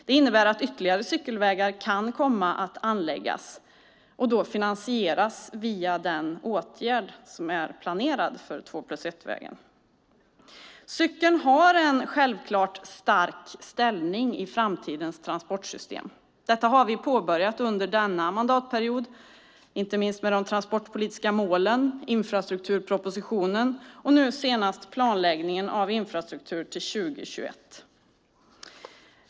Det innebär att ytterligare cykelvägar kan komma att anläggas och då finansieras via den åtgärd som är planerad för två-plus-ett-vägen. Cykeln har en självklart stark ställning i framtidens transportsystem. Detta har vi påbörjat under denna mandatperiod, inte minst med de transportpolitiska målen, infrastrukturpropositionen och nu senast planläggningen av infrastruktur till 2021.